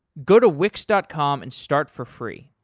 go to wix dot com and start for free.